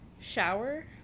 shower